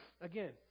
again